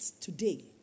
today